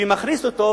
שמכניס אותו,